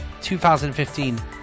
2015